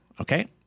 Okay